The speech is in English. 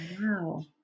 Wow